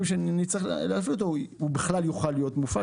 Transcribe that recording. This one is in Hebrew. שנצטרך להפעיל אותו הוא בכלל יוכל להיות מופעל.